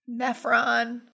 Nephron